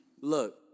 Look